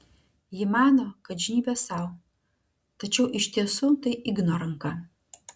ji mano kad žnybia sau tačiau iš tiesų tai igno ranka